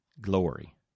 glory